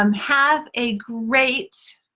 um have a great,